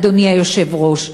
אדוני היושב-ראש,